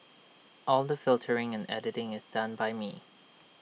all the filtering and editing is done by me